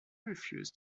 refuses